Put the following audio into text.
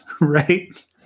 right